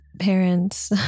parents